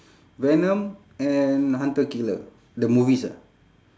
venom and hunter killer the movies ah